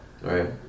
right